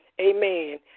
amen